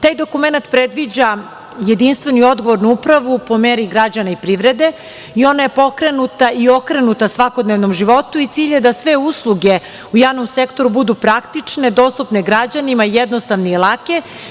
Taj dokumenat predviđa jedinstvenu i odgovornu upravu, po meri građana i privrede i ona je pokrenuta i okrenuta svakodnevnom životu i cilj je da sve usluge u javnom sektoru budu praktične, dostupne građanima, jednostavne i lake.